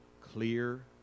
clear